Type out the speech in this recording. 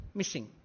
missing